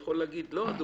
יכול להגיד לא אדוני,